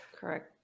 Correct